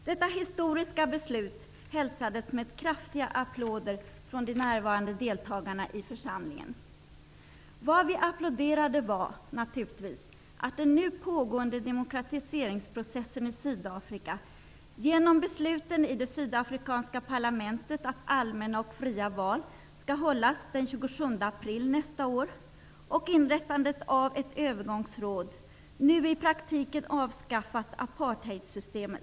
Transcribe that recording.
Detta historiska beslut hälsades med kraftiga applåder från de närvarande deltagarna i församlingen. Vad vi applåderade var naturligtvis att den nu pågående demokratiseringsprocessen i Sydafrika -- genom besluten i det sydafrikanska parlamentet att allmänna och fria val skall hållas den 27 april nästa år och genom inrättandet av ett övergångsråd -- nu i praktiken har avskaffat apartheidsystemet.